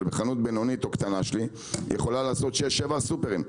אבל בחנות בינונית או קטנה שלי היא יכולה לעשות שישה או שבעה סופרים.